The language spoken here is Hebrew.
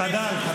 חדל.